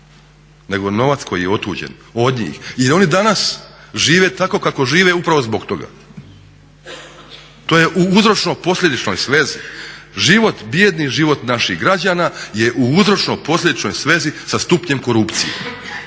nego novac koji je otuđen od njih. Jer oni danas žive tako kako žive upravo zbog toga, to je u uzročno posljedičnoj svezi, život, bijedni život naših građana je u uzročno posljedičnoj svezi sa stupnjem korupcije.